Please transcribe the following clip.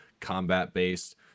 combat-based